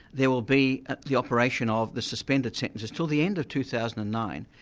there will be ah the operation of the suspended sentences until the end of two thousand and nine,